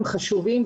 הם חשובים,